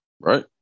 Right